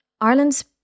Ireland's